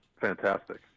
fantastic